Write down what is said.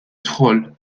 tidħol